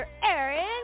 Aaron